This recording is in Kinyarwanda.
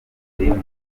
bubiligi